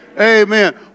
Amen